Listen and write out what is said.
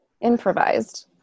improvised